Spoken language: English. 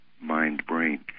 mind-brain